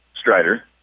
Strider